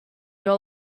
your